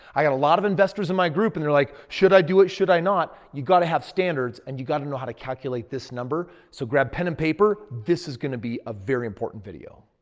i got a lot of investors in my group and they're like, should i do it? should i not? you've got to have standards and you got to know how to calculate this number. so grab pen and paper. this is going to be a very important video.